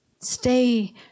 Stay